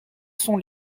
son